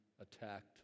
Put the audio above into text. attacked